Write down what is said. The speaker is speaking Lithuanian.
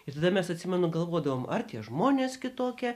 ir tada mes atsimenu galvodavome ar tie žmonės kitokie